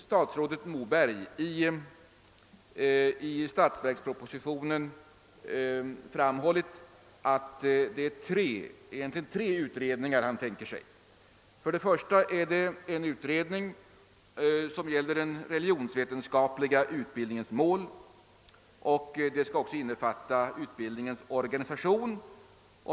Statsrådet Moberg har i statsverkspropositionen framhållit att det egentligen är tre utredningar han tänker sig: 1. En utredning angående den religionsvetenskapliga utbildningens mål, vilken också skall innefatta utbildningens organisation.